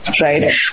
right